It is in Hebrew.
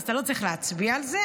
אז אתה לא צריך להצביע על זה,